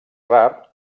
rar